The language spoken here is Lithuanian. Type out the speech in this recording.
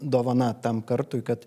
dovana tam kartui kad